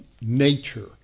nature